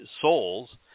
souls